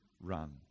run